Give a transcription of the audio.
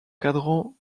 cadrans